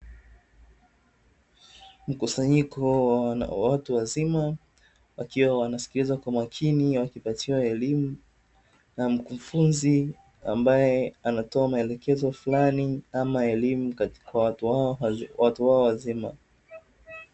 Mkusanyiko wa watu wazima wakiwa wanasikiliza kwa makini wakipatiwa elimu na mkufunzi amabye anayoa maelekezo fulani ama elimu kwa watu hawa wazima.